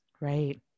Right